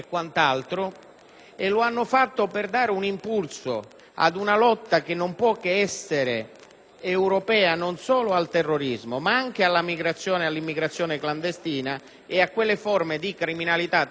e lo hanno fatto per dare un impulso ad una lotta che non può che essere europea non solo al terrorismo, ma anche alla immigrazione clandestina e a quelle forme di criminalità transnazionale